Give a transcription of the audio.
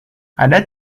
ada